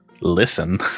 listen